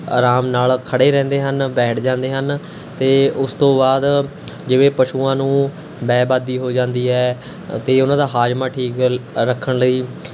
ਅਰਾਮ ਨਾਲ਼ ਖੜ੍ਹੇ ਰਹਿੰਦੇ ਹਨ ਬੈਠ ਜਾਂਦੇ ਹਨ ਅਤੇ ਉਸ ਤੋਂ ਬਾਅਦ ਜਿਵੇਂ ਪਸ਼ੂਆਂ ਨੂੰ ਬੈ ਬਾਦੀ ਹੋ ਜਾਂਦੀ ਹੈ ਅਤੇ ਉਹਨਾਂ ਦਾ ਹਾਜ਼ਮਾ ਠੀਕ ਰੱਖਣ ਲਈ